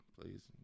Please